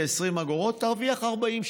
תרוויח 40,